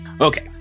Okay